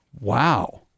Wow